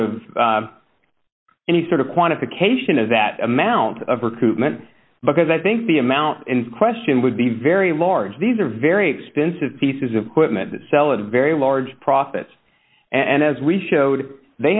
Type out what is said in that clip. of any sort of quantification of that amount of recruitment because i think the amount in question would be very large these are very expensive pieces of equipment that sell a very large profit and as we showed they